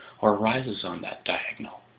or rises on that diagonal.